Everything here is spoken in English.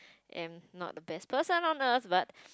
am not the best person on Earth but